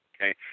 Okay